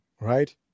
right